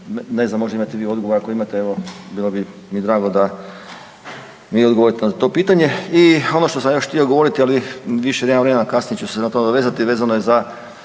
Ne znam možda imate vi odgovor, ako imate evo bilo bi mi drago da mi odgovorite na to pitanje. I ono što sam još htio govoriti, ali više nemam vremena, kasnije ću se na to nadovezati, vezano je za